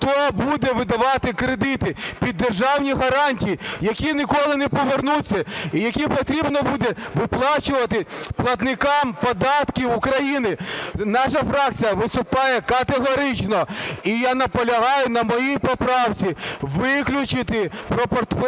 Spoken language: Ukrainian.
Хто буде видавати кредити під державні гарантії, які ніколи не повернуться, які потрібно буде виплачувати платникам податків України? Наша фракція виступає категорично, і я наполягаю на моїй поправці виключити про